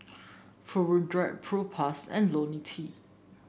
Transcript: Hirudoid Propass and IoniL T